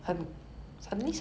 mm